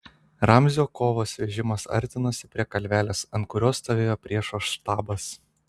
ramzio kovos vežimas artinosi prie kalvelės ant kurios stovėjo priešo štabas